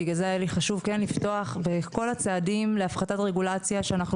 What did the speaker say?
והיה לי חשוב לפתוח בכול הצעדים להפחתת רגולציה שאנחנו